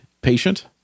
patient